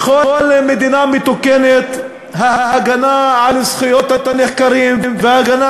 בכל מדינה מתוקנת ההגנה על זכויות הנחקרים וההגנה